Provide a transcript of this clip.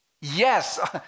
Yes